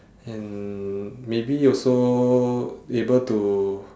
and maybe also able to